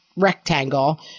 rectangle